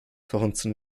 verhunzen